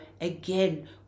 again